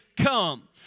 come